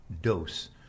dose